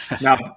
Now